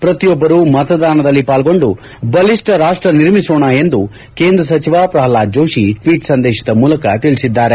ಪ್ರತಿಯೊಬ್ಬರು ಮತದಾನದಲ್ಲಿ ಪಾಲ್ಗೊಂಡು ಬಲಿಷ್ಟ ರಾಷ್ಟ ನಿರ್ಮಿಸೋಣ ಎಂದು ಕೇಂದ್ರ ಸಚಿವ ಪ್ರಲ್ನಾದ್ ಜೋಷಿ ಟ್ವೀಟ್ ಸಂದೇಶದ ಮೂಲಕ ತಿಳಿಸಿದ್ದಾರೆ